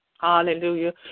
Hallelujah